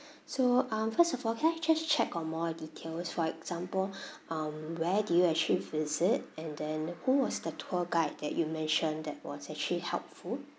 so um first of all can I just check on more details for example um where did you actually visit and then who was the tour guide that you mentioned that was actually helpful